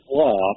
law